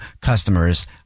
customers